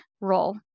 role